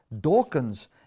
Dawkins